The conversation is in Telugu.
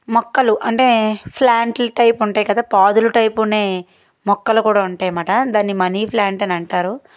మొక్కలు అంటే ప్లాంట్లు టైపు ఉంటాయి కదా పాదుల టైపునే మొక్కలు కూడా ఉంటాయన్నమాట దాన్ని మనీ ప్లాంట్ అని అంటారు